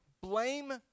blame